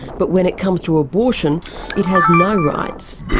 but when it comes to abortion it has no rights.